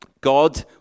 God